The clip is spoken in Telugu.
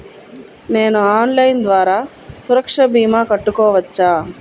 నేను ఆన్లైన్ ద్వారా సురక్ష భీమా కట్టుకోవచ్చా?